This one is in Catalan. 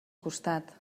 costat